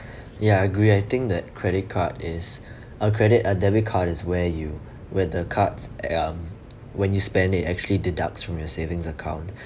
ya agree I think that credit card is uh credit uh debit card is where you where the cards um when you spend it actually deducts from your savings account